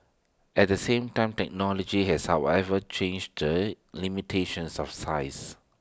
at the same time technology has however changed the limitations of size